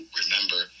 remember